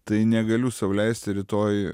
tai negaliu sau leisti rytoj